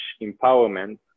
empowerment